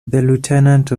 lieutenant